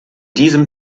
diesem